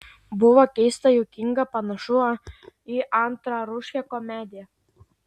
buvo keista juokinga panašu į antrarūšę komediją